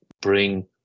bring